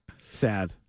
Sad